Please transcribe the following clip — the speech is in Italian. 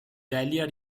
delia